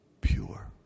pure